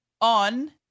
on